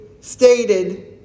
stated